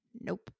Nope